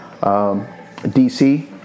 DC